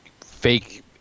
fake